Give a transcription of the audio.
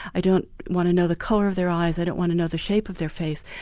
i don't want to know the colour of their eyes, i don't want to know the shape of their face,